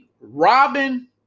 Robin